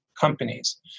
Companies